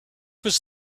was